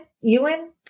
Ewan